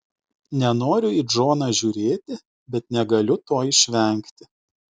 nenoriu į džoną žiūrėti bet negaliu to išvengti